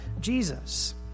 Jesus